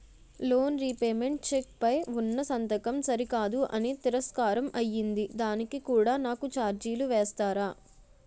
Loan repayment cheque పై ఉన్నా సంతకం సరికాదు అని తిరస్కారం అయ్యింది దానికి కూడా నాకు ఛార్జీలు వేస్తారా?